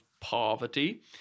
poverty